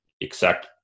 exact